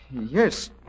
Yes